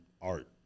art